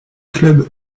club